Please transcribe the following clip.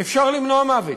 אפשר למנוע מוות.